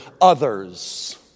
Others